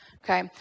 Okay